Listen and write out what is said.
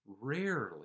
rarely